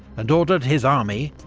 and ordered his army,